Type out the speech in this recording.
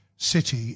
City